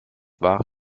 war